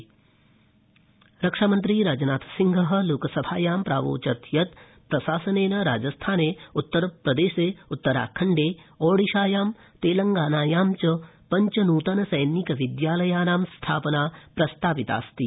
लोकसभा सैनिकविद्यालया रक्षामन्त्री राजनाथसिंह लोकसभायां प्रावोचत् यत् प्रशासनेन राजस्थाने उत्तस्प्रदेशे उत्तराखण्डे ओडिशायां तेलंगानायां च पञ्च नूतनसक्रिविद्यालयानां स्थापना प्रस्तावितास्ति